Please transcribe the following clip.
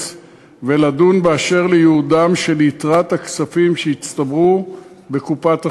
ולדון באשר לייעוד של יתרת הכספים שהצטברו בקופת החברה.